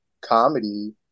comedy